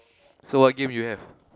so what game you have